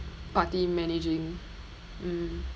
party managing mm